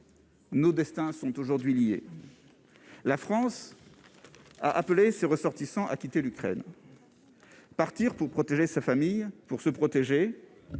nos destins sont aujourd'hui liés, la France a appelé ses ressortissants à quitter l'Ukraine partir pour protéger sa famille pour se protéger,